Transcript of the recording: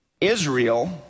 Israel